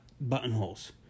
buttonholes